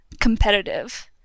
competitive